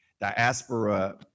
Diaspora